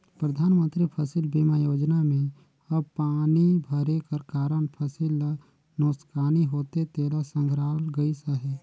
परधानमंतरी फसिल बीमा योजना में अब पानी भरे कर कारन फसिल ल नोसकानी होथे तेला संघराल गइस अहे